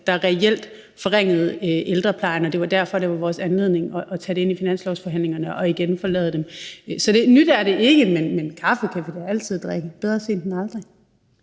der reelt forringede ældreplejen. Det var vores anledning til at tage det ind i finanslovsforhandlingerne og igen forlade dem. Så nyt er det ikke, men kaffe kan vi da altid drikke – bedre sent end aldrig!